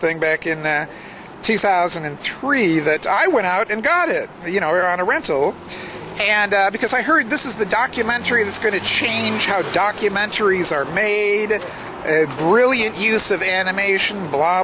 thing back in two thousand and three that i went out and got it you know are on a rental and because i heard this is the documentary that's going to change how documentaries are made and a brilliant use of animation blah